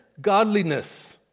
godliness